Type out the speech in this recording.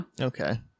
Okay